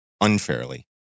unfairly